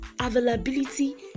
availability